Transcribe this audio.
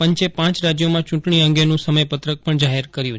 પંચે પાંચ રાજ્યોમાં ચૂંટણી અંગેનું સમયપત્રક જાહેર કર્યું હતું